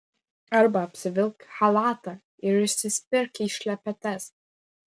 arba apsivilk chalatą ir įsispirk į šlepetes